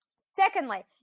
Secondly